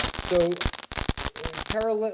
so carol, ah